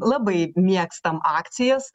labai mėgstam akcijas